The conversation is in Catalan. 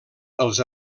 els